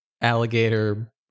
alligator